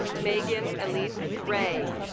megan elise ray